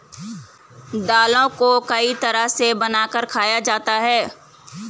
दालों को कई तरह से बनाकर खाया जाता है